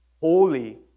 holy